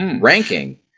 ranking